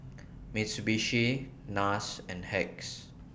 Mitsubishi Nars and Hacks